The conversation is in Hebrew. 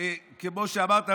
כמו שאמרת,